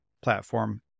platform